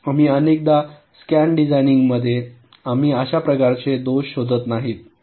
आम्ही अनेकदा स्कॅन डिझाइनमध्ये आम्ही अशा प्रकारचे दोष शोधत नाही